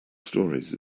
stories